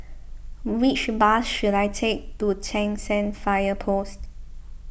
which bus should I take to Cheng San Fire Post